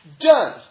Done